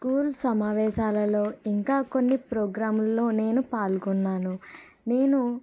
school సమావేశాలలో ఇంకా కొన్ని ప్రోగ్రాముల్లో నేను పాల్గొన్నాను నేను